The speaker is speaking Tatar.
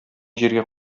җиргә